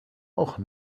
och